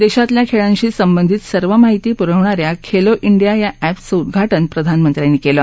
देशातल्या खेळांशी संबंधित सर्व माहिती पुरवणा या खेलो डिया या अप्रिं उद्घाटन प्रधानमंत्र्यांनी केलं